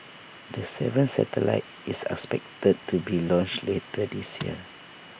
the seventh satellite is expected to be launched later this year